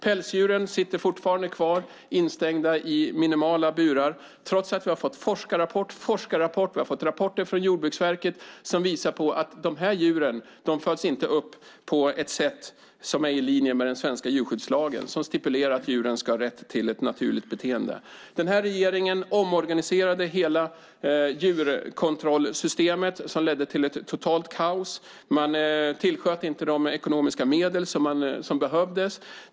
Pälsdjuren är fortfarande instängda i minimala burar trots att vi har fått forskarrapport på forskarrapport och rapporter från Jordbruksverket som visar att dessa djur inte föds upp på ett sätt som är i linje med den svenska djurskyddslagen som stipulerar att djuren ska ha rätt till ett naturligt beteende. Regeringen omorganiserade hela djurkontrollsystemet, vilket ledde till ett totalt kaos. Man tillsköt inte de ekonomiska medel som behövdes.